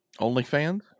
OnlyFans